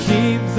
Keep